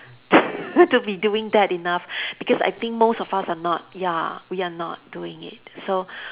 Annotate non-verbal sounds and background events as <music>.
<laughs> to be doing that enough because I think most of us are not ya we are not doing it so